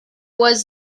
was